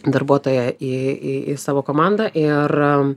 darbuotoją į į į savo komandą ir